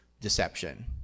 deception